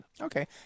Okay